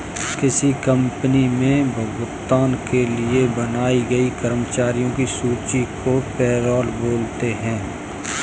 किसी कंपनी मे भुगतान के लिए बनाई गई कर्मचारियों की सूची को पैरोल बोलते हैं